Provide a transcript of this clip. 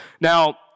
Now